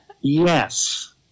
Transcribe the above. Yes